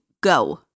go